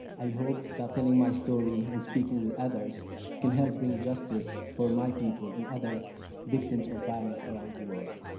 i hope that telling my story and speaking with others can help bring justice for my people and other victims of violence around the world.